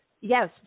yes